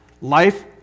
life